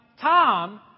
Tom